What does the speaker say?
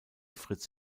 fritz